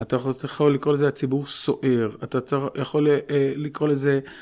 אתה יכול לקרוא לזה הציבור סוער, אתה יכול לקרוא לזה...